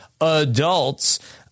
adults